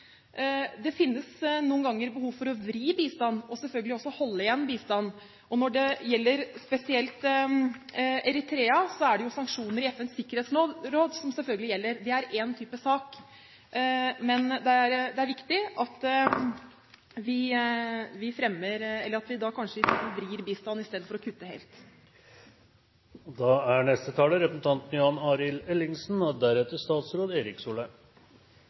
det finnes noen ganger behov for å vri bistanden og selvfølgelig også å holde igjen bistand. Når det gjelder spesielt Eritrea, er det sanksjoner i FNs sikkerhetsråd som selvfølgelig gjelder. Det er én type sak. Men det er viktig at vi kanskje vrir bistanden istedenfor å kutte helt. La meg starte med å si at jeg synes det har vært en god debatt, en spennende debatt. Jeg kan ikke unnlate å gi en kommentar til statsråd Solheim,